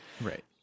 Right